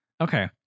Okay